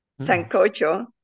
Sancocho